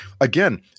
again